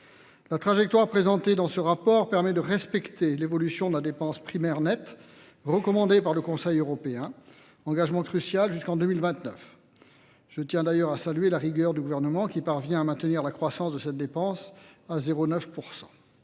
La trajectoire présentée dans ce rapport permet de respecter l'évolution de la dépense primaire nette recommandée par le Conseil européen, engagement crucial jusqu'en 2029. Je tiens d'ailleurs à saluer la rigueur du gouvernement qui parvient à maintenir la croissance de cette dépense à 0,9